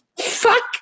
fuck